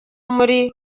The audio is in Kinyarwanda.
muri